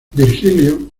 virgilio